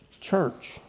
church